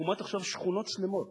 מוקמות עכשיו שכונות שלמות